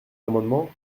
amendement